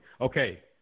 Okay